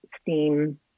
steam